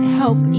help